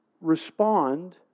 respond